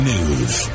News